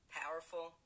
powerful